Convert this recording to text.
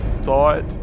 thought